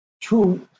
true